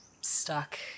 stuck